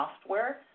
software